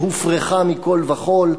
שהופרכה מכול וכול,